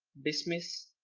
dismiss,